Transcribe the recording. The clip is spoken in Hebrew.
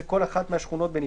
זה כל אחת מהשכונות בנפרד.